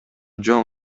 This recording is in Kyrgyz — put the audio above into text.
жөн